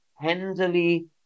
tenderly